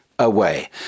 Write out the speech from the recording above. away